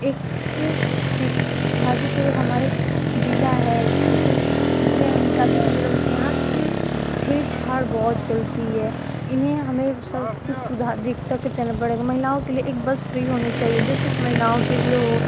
एक सि गाजीपुर हमारी एक ज़िला है जिसे हम गाजीपुर ज़िला बोलते हैं यहाँ कि छेड़ छाड़ बहुत चलती है इन्हें हमें सब कुछ सुधा देख दाख के चलना पड़ेगा महिलाओं के लिए एक बस फ्री होनी चाहिए जो बस महिलाओं के लिए हो